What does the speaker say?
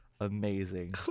amazing